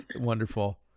wonderful